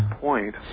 point